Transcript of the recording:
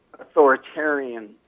authoritarian